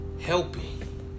helping